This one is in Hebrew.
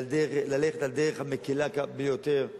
ללכת על הדרך המקלה ביותר.